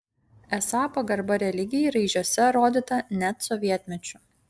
esą pagarba religijai raižiuose rodyta net sovietmečiu